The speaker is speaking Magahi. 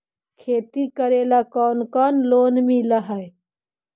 खेती करेला कौन कौन लोन मिल हइ?